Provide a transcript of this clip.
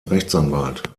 rechtsanwalt